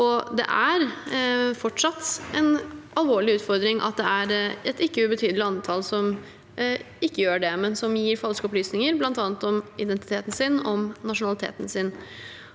Det er fortsatt en alvorlig utfordring at det er et ikke ubetydelig antall som ikke gjør det, men gir falske opplysninger, bl.a. om identiteten sin og nasjonaliteten sin.